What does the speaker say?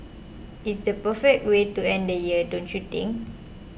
it's the perfect way to end year don't you think